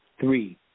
Three